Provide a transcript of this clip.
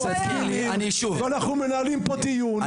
אנחנו מנהלים פה דיון,